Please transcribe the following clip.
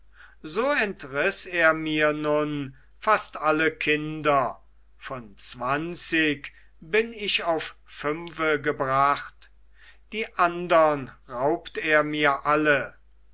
so entriß er mir nun fast alle kinder von zwanzig bin ich auf fünfe gebracht die andern raubt er mir alle